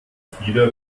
frida